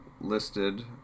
listed